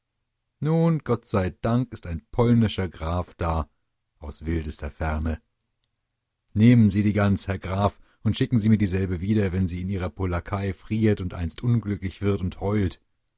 nun gott sei dank ist ein polnischer graf da aus wildester ferne nehmen sie die gans herr graf und schicken sie mir dieselbe wieder wenn sie in ihrer polackei friert und einst unglücklich wird und heult